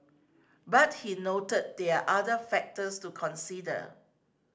but he noted there are other factors to consider